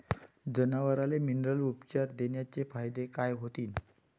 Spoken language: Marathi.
जनावराले मिनरल उपचार देण्याचे फायदे काय होतीन?